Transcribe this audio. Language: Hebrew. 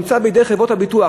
בידי חברות הביטוח,